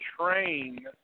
train